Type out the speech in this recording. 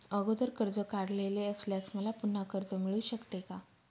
अगोदर कर्ज काढलेले असल्यास मला पुन्हा कर्ज मिळू शकते का?